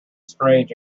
strange